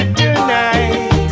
tonight